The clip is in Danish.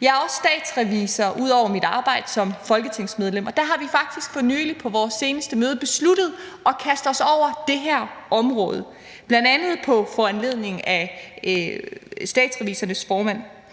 Jeg er også statsrevisor ud over mit arbejde som folketingsmedlem, og der har vi faktisk for nylig på vores seneste møde besluttet at kaste os over det her område, bl.a. på foranledning af Statsrevisorernes formand.